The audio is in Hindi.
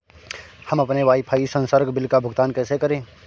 हम अपने वाईफाई संसर्ग बिल का भुगतान कैसे करें?